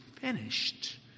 finished